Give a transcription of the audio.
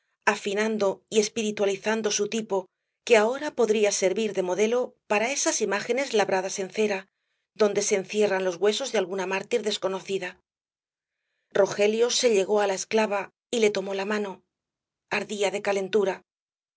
afinando y espiritualizando su tipo que ahora podría servir de modelo para esas imágenes labradas en cera donde se encierran los huesos de alguna mártir desconocida rogelio se llegó á esclava y le tomó la mano ardía de calentura